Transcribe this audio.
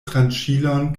tranĉilon